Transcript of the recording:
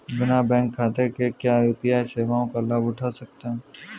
बिना बैंक खाते के क्या यू.पी.आई सेवाओं का लाभ उठा सकते हैं?